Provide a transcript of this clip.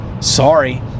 Sorry